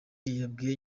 yabwiye